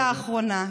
מילה אחרונה,